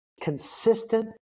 consistent